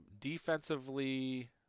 Defensively